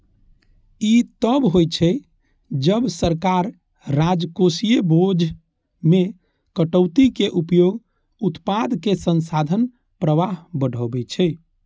ई तब होइ छै, जब सरकार राजकोषीय बोझ मे कटौतीक उपयोग उत्पादक संसाधन प्रवाह बढ़बै छै